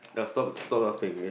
ya stop stop laughing ya